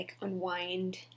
unwind